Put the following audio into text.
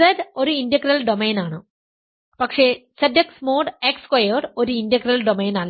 Z ഒരു integral domain ആണ് പക്ഷേ Zx മോഡ് x സ്ക്വയർഡ് ഒരു ഇന്റഗ്രൽ ഡൊമെയ്ൻ അല്ല